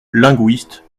linguiste